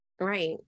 Right